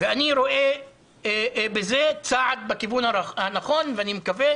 אני רואה בזה צעד בכיוון הנכון ואני מקווה